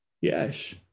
Yes